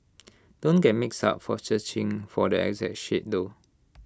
don't get mixed up for searching for the exact shade though